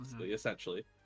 essentially